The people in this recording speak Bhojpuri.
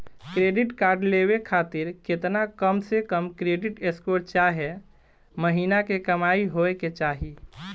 क्रेडिट कार्ड लेवे खातिर केतना कम से कम क्रेडिट स्कोर चाहे महीना के कमाई होए के चाही?